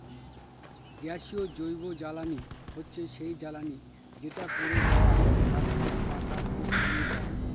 গ্যাসীয় জৈবজ্বালানী হচ্ছে সেই জ্বালানি যেটা পড়ে যাওয়া গাছপালা, পাতা কে পুড়িয়ে পাই